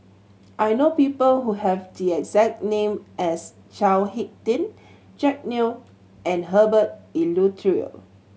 I know people who have the exact name as Chao Hick Tin Jack Neo and Herbert Eleuterio